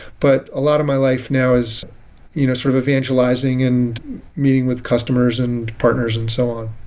but a lot of my life now is you know sort of evangelizing and meeting with customers and partners and so on.